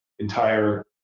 entire